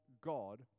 God